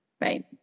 right